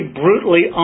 brutally